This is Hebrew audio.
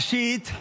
ראשית,